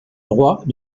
droit